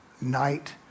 night